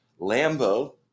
Lambo